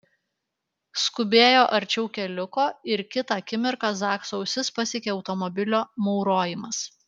skubėjo arčiau keliuko ir kitą akimirką zakso ausis pasiekė automobilio maurojimas